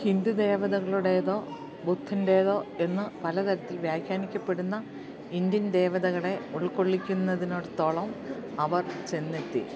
ഹിന്ദു ദേവതകളുടേതോ ബുദ്ധന്റേതോ എന്ന് പലതരത്തിൽ വ്യാഖ്യാനിക്കപ്പെടുന്ന ഇന്ത്യൻ ദേവതകളെ ഉൾക്കൊള്ളിക്കുന്നതിനടുത്തോളം അവര് ചെന്നെത്തി